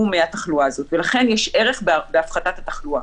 מהתחלואה הזאת ולכן יש ערך בהפחתת התחלואה.